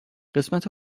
قسمت